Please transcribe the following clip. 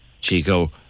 Chico